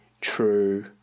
true